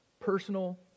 personal